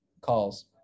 calls